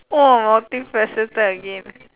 !wah! multi faceted again